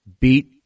beat